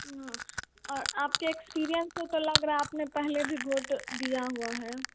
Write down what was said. हाँ और आपके एक्सपीरियंस से तो लग रहा आपने पहले भी भोट दिया हुआ है